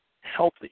healthy